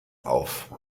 auf